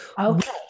Okay